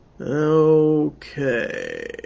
Okay